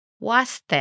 WASTE